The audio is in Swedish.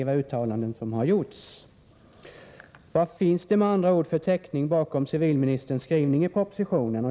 Vad finns det med andra ord för täckning bakom civilministerns skrivning i propositionen?